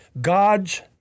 God's